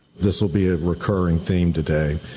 this will be a recurring theme today.